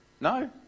No